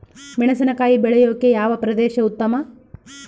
ಮೆಣಸಿನಕಾಯಿ ಬೆಳೆಯೊಕೆ ಯಾವ ಪ್ರದೇಶ ಉತ್ತಮ?